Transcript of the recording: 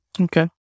Okay